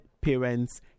parents